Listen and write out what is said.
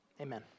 Amen